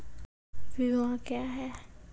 बीमा क्या हैं?